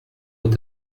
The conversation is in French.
est